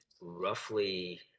roughly